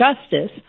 justice